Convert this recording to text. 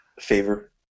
favor